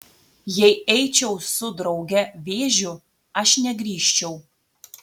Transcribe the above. jei eičiau su drauge vėžiu aš negrįžčiau